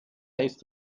ist